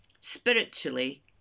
spiritually